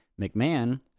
McMahon